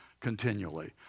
continually